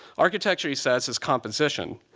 architecture, he says, is composition.